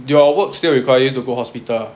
your work still require to go hospital ah